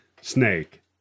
snake